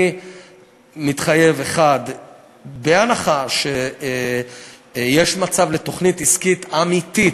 אני מתחייב: 1. בהנחה שיש מצב לתוכנית עסקית אמיתית,